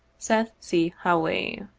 seth c. hawley.